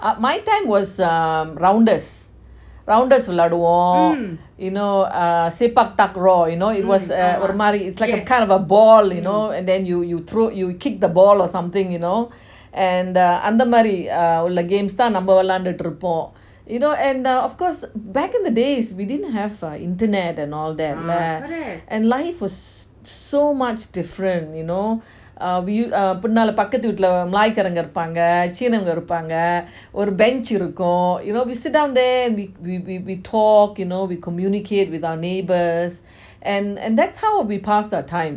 ah my time was um rounders rounders விளையாடுவோம்:vilayaduvom you know செபகத்ரா:sepakathra you know it was ஒரு மாறி:oru maari it like a kind of a ball you know and then you throw you kick the ball or something you know and uh அந்த மாறி:antha maari err உள்ள:ulla games தான் விளையாடிட்டு இருப்போம்:thaan vilayaditu irupom and uh of course back in the day we didn't have internet and all that leh and life was so so much different you know uh we u~ பின்னால பாகத்து வீட்டுல பி காரங்க இருப்பாங்க சினவங்க இருப்பாங்க ஒரு:pinala paakathu veetula bhai kaaranga irupanga chinavanga irupanga oru bench இருக்கும்:irukum you know sit down there and we we we talk you know we communicate with our neighbours and and that's how we pass our time